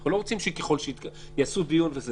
אנחנו לא רוצים שככל שהיא תתקבל, יעשו דיון וכו'.